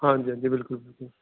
ਹਾਂਜੀ ਹਾਂਜੀ ਬਿਲਕੁਲ